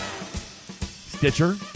Stitcher